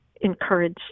encourage